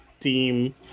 theme